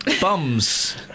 Bums